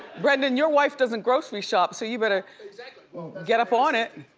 brendan, your wife doesn't grocery shop so you better get up on it.